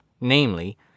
namely